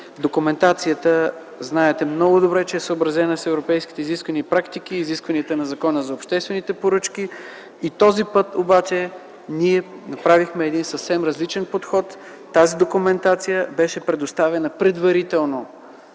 Документацията, знаете много добре, е съобразена с европейските изисквания и практики, с изискванията на Закона за обществените поръчки. И този път обаче ние направихме един съвсем различен подход – тази документация беше предоставена предварително